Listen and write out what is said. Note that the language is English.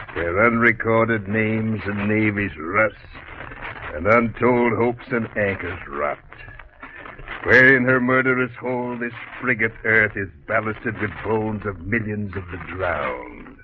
unrecorded names and name is russ and untold hopes an egg has wrapped wherein and her murderous, all this frigate earth is ballasted the bones of millions of the drown